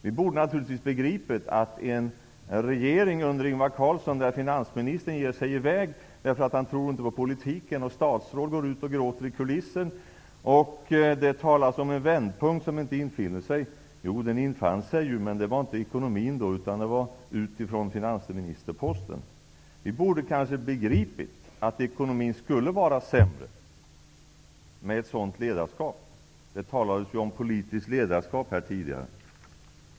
Vi borde naturligtvis ha begripit att ekonomin skulle vara sämre, med en regering under Ingvar Carlsson där finansministern ger sig i väg därför att han inte tror på politiken, och där statsråd går ut och gråter i kulissen, och det talas om en vändpunkt som inte infinner sig -- den infann sig, men det var inte i ekonomin utan utifrån finansministerposten. Vi borde kanske ha begripit att ekonomin skulle vara sämre, med ett sådant ledarskap. Det talades ju om politiskt ledarskap här tidigare.